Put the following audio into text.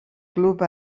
club